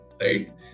right